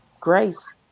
Grace